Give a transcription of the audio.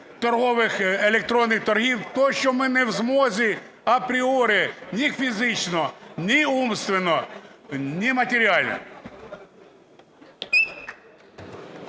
торгових електронних торгів, тому що ми не в змозі апріорі ні фізично, ні умственно, ні матеріально.